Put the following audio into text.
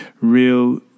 Real